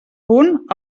punt